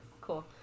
cool